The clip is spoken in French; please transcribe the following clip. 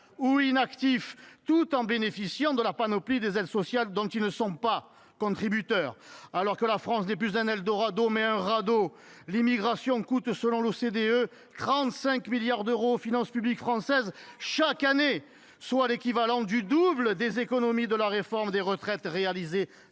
ou inactifs tout en bénéficiant de la panoplie des aides sociales dont ils ne sont pas contributeurs. Alors que la France n’est plus un eldorado, mais est un radeau, l’immigration coûte, selon l’OCDE, 35 milliards d’euros aux finances publiques françaises chaque année, soit l’équivalent du double des économies de la réforme des retraites réalisées